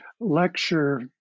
lecture